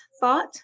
thought